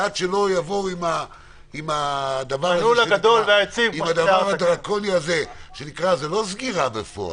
עד שלא יבואו עם הדבר הדרקוני הזה שנקרא זה לא סגירה בפועל,